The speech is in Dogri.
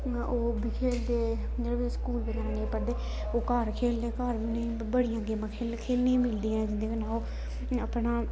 ओह् उब्बी खेलदे जेह्ड़े बच्चे स्कूल बगैरा नेईं पढ़दे ओह् घर खेलदे घर बी उ'नें गी बड़ियां गेमां खेलने खेलने गी मिलदियां न जिं'दे कन्नै ओह् अपना